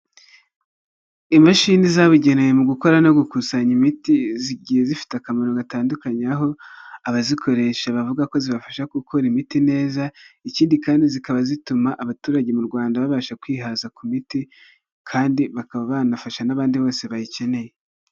Imashini zabugenewe mu gukora no gukusanya imiti zigiye zifite akamaro gatandukanye aho abazikoresha bavuga ko zibafasha gukora imiti neza, ikindi kandi zikaba zituma abaturage mu Rwanda babasha kwihaza ku miti, kandi bakaba banafasha n'abandi bose bayikeneye.